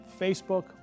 Facebook